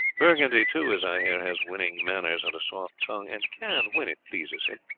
burgundy, too, as i hear, has winning manners and a soft tongue, and can, when it pleases him,